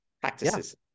practices